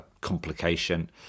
complication